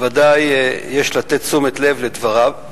בוודאי יש לתת תשומת לב לדבריו,